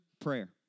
prayer